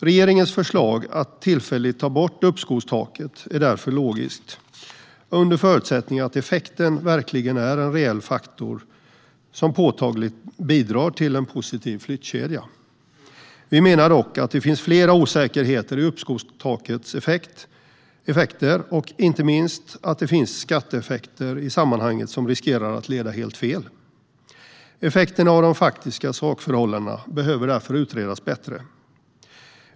Regeringens förslag att tillfälligt ta bort uppskovstaket är därför logiskt under förutsättning att effekten verkligen är en reell faktor som påtagligt bidrar till en positiv flyttkedja. Vi menar dock att det finns flera osäkerheter i uppskovstakets effekter och inte minst att det finns skatte-effekter i sammanhanget som riskerar att leda helt fel. Effekterna av de faktiska sakförhållandena behöver därför utredas bättre.